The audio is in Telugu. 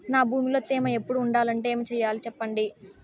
నా భూమిలో తేమ ఎప్పుడు ఉండాలంటే ఏమి సెయ్యాలి చెప్పండి?